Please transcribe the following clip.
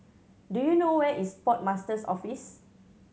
do you know where is Port Master's Office